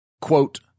Quote